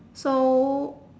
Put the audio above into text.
so